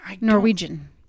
Norwegian